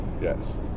Yes